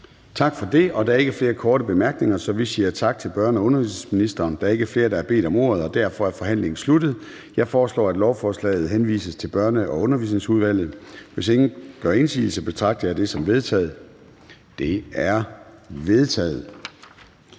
Tak for det. Der er ikke flere korte bemærkninger, så vi siger tak til børne- og undervisningsministeren. Der er ikke flere, der har bedt om ordet, og derfor er forhandlingen sluttet. Jeg foreslår, at lovforslaget henvises til Børne- og Undervisningsudvalget. Hvis ingen gør indsigelse, betragter jeg det som vedtaget. Det er vedtaget.